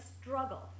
struggle